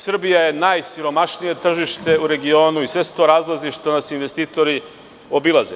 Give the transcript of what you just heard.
Srbija je najsiromašnije tržište u regionu i sve su to razlozi što nas investitori obilaze.